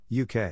UK